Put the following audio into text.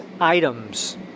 items